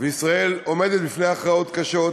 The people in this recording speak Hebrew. ישראל עומדת בפני הכרעות קשות,